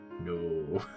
No